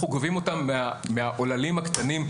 אנחנו גובים מהעוללים הקטנים,